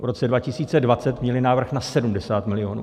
V roce 2020 měly návrh na 70 milionů.